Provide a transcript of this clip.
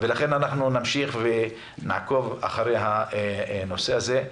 לכן אנחנו נמשיך ונעקוב אחרי הנושא הזה.